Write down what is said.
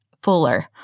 fuller